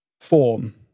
form